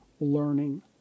learning